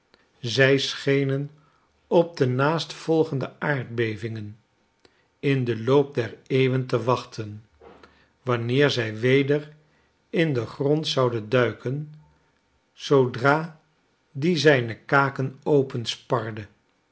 zij schenenop de naastvolgende aardbevingen in den loop der eeuwen te wachten wanneer zij weder in den grond zouden duiken zoodra die zijne kaken